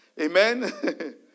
Amen